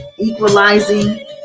equalizing